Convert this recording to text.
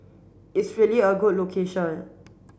it's really a good location